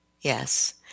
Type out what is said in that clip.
yes